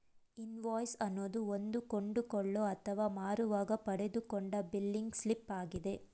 invoice ಅನ್ನೋದು ಒಂದು ಕೊಂಡುಕೊಳ್ಳೋ ಅಥವಾ ಮಾರುವಾಗ ಪಡೆದುಕೊಂಡ ಬಿಲ್ಲಿಂಗ್ ಸ್ಲಿಪ್ ಆಗಿದೆ